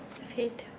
hate